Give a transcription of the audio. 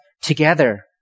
together